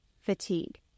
fatigue